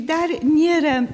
dar nėra